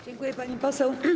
Dziękuję, pani poseł.